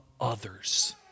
others